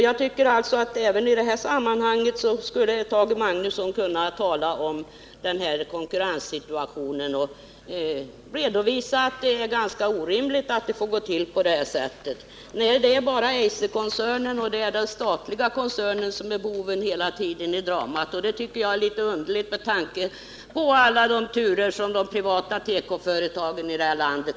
Jag tycker att Tage Magnusson även i det här sammanhanget kunde beröra konkurrenssituationen och medge att det är ganska orimligt att det skall få gå till på det här sättet. Det är bara Eiserkoncernen och den statliga koncernen som hela tiden är boven i dramat. Det tycker jag är litet underligt med tanke på alla de turer som varit beträffande de privata tekoföretagen i det här landet.